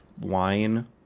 wine